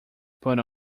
put